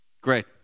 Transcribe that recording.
Great